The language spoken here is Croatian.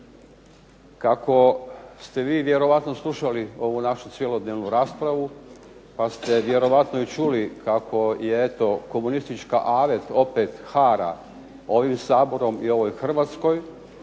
Kako ste vi vjerojatno slušali ovu našu cjelodnevnu raspravu, pa ste vjerovatno i čuli kako je eto komunistička avet opet hara ovim Saborom i u ovoj Hrvatskoj,